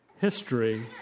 History